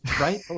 right